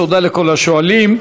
תודה לכל השואלים.